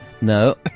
No